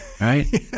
Right